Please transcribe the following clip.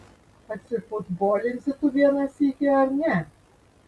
atsifutbolinsi tu vieną sykį ar ne